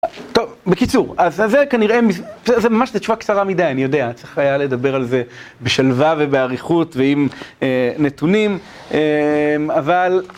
טוב, בקיצור, אז זה כנראה, זה ממש תשובה קצרה מדי, אני יודע, צריך היה לדבר על זה בשלווה ובעריכות ועם נתונים, אבל